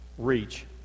reach